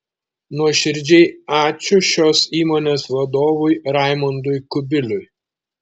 nuoširdžiai ačiū šios įmonės vadovui raimundui kubiliui